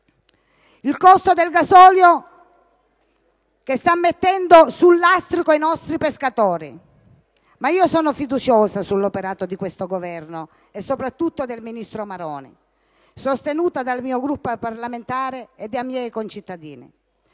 Il costo del gasolio sta mettendo sul lastrico i nostri pescatori. Ma io sono fiduciosa sull'operato di questo Governo e, soprattutto, del ministro Maroni, sostenuta dal mio Gruppo parlamentare e dai miei concittadini.